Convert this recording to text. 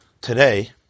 today